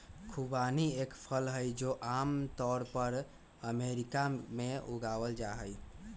खुबानी एक फल हई, जो आम तौर पर अमेरिका में उगावल जाहई